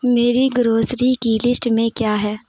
میری گروسری کی لسٹ میں کیا ہے